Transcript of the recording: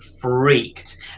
freaked